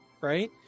right